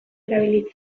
erabiliz